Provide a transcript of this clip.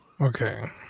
Okay